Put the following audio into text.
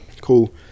cool